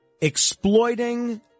exploiting